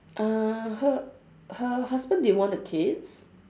uh her her husband didn't want a kids